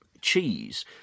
cheese